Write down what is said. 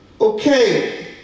okay